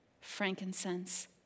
frankincense